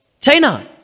China